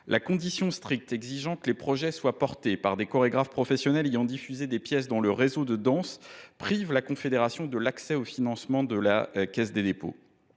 La condition stricte exigeant que les projets soient portés par des chorégraphes professionnels ayant diffusé des pièces dans le « réseau » de danse prive la confédération de l’accès au financement de la CDC, alors